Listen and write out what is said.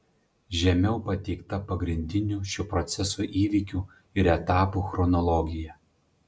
žemiau pateikta pagrindinių šio proceso įvykių ir etapų chronologija